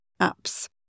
apps